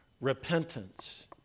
repentance